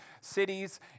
cities